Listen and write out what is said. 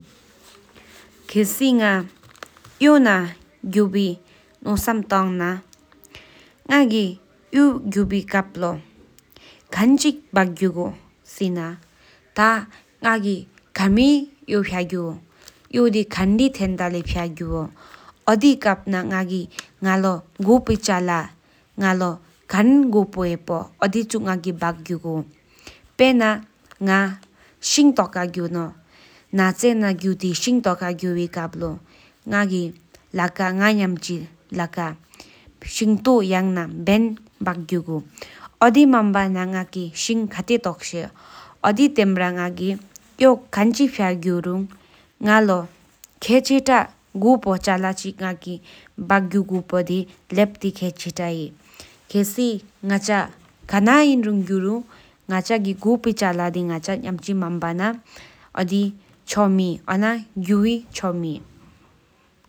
ཁྱིད སེར་ པོ་ ང་ ཡིན་ ན་ རྒྱུན་ དེའི་ ལྟ་བུ་རྒྱུབས་མིན་ཡོད་ གི་ལོས་ ཁྱེད་ ཀྱི་དེའི་ ཛིང་ སྟོང་ ང་ ཉོན་ པར་ རྒྱུབས་དེའི། རང་དེའི་ ལོས་ ཁྱེད་ ཀྱི་གུགས་རང་ལོག་ ཁེ་རིང་ མཚོ་དང་ འགྱུ་མིན་གི་ལོགས་ རང་ དེའི་ གུགས་དེའི་ ཕྱི་ལོགས་ ཁྱེད། ཀྱི་གུས་རུག་ལོག་ འགྱུ་དེས་ མེ་ ཀྱན་ མཐེ་འགྱིགས་ཀྱི་ལོགས་ མེ་ མེ་མ་མེ་ངས་ཧེ་འགྱུས་ མེ་ གང་ཀྱང་ ན་དེ་གཞི་འགྱུས་འི་བདག་གཏན་ ཁྱེད་ མེ་མེ་ངས་ཧེ་འགྱུ་བས་བདེ་ལོས་བརྒྱ་འཐོང་འགྱུ་། མེ་མེ་མིན་ མེ་ མཁོ་མེ་ངས་ཧེ་འགྱུ་བས་བརྟ་སྨོ་ཡུམ་སྐས་ན་ཆུ་མེ་ཡུམ་འགྱུ་བས་བདེ་ཡུམ་འགྱུ་ལས་སོ་གེ། ཁྱེད་ཀྱི་བདེ་ལ་ཆུ་ཆུས་ཡོད་འགྱུ་རུང་ན་ཆོས་ཀྱི་ལོས་སྡུག་ཀུ་ལོས་བདེ་གཞི་འགྱུམ་ལོས་ཧེ་འཉམས་ཀྱི་འགྱུམ་བས་བསྡུས་འཆར་ལས་འཆུ་མེ་ལས་སོ་ཡུཛ་ཁེང་ན་བདེ་ཡུ་རུག་མེ་གང་ལྗོ་སོག་ཉམས་སོ་བས་བདེ་ཡེ་ཡ་ཧལ་འགྱུ་མར་ལ་སོ་གེ ཞལ་ཀྱི་འཇམ་ཁ་ རང་མའི་གཡས་ ནའི་ཁྱིད་ ཁྱིད་ ཆོས་ཀྱོ་ལས་བསྡུས་འཆར་ར་སོ་མིར་ངས་ ཁྱེད་སོ་གེ་འཆུ་མེ་སོ་ཧོ་སྨད་སྦྲག་སྦྲག་ ཨ་ མེ་ཆུ་ཡང་གྱུ་ཆུ་སྒྱུ་མཐེ་ཡུ་ སོ་བས་མཁོ་རིང་ཆོས་འགྱུ་མཆིམ་དེ་བྱས་ཧོ་བས་བདག་གཏན། འཇམ་བསུད་འགྱུ་མཐེ་རིང་སོ་ཕྱི་སོ་འཆུ་ལྟི་ཡུ་ཧོ་མེ་མེ་ངས་ཁེ་ངེས་སོ་ལས་བསས་བདེ་།